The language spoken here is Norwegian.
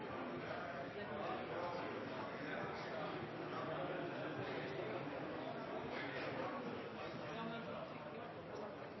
det kan være